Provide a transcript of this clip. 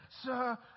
Sir